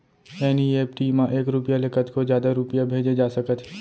NEFT म एक रूपिया ले कतको जादा रूपिया भेजे जा सकत हे